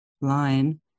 line